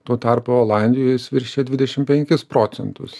tuo tarpu olandijoj jis viršija dvidešimt procentus